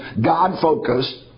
God-focused